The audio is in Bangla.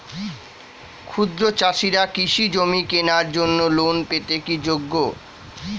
ক্ষুদ্র চাষিরা কৃষিজমি কেনার জন্য লোন পেতে কি যোগ্য?